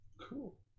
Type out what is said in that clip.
Cool